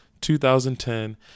2010